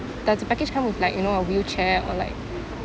does the package come with like you know a wheelchair or like